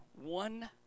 one